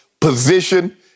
position